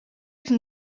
can